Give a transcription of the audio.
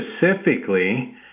specifically